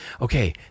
okay